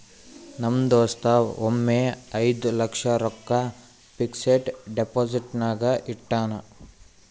ನಮ್ ದೋಸ್ತ ಒಮ್ಮೆ ಐಯ್ದ ಲಕ್ಷ ರೊಕ್ಕಾ ಫಿಕ್ಸಡ್ ಡೆಪೋಸಿಟ್ನಾಗ್ ಇಟ್ಟಾನ್